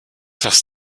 das